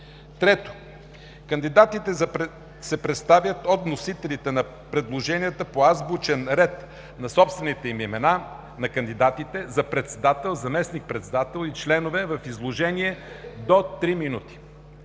3. Кандидатите се представят от вносителите на предложенията по азбучен ред на собствените имена на кандидатите за председател, заместник-председател и членове в изложение до три минути.